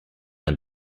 and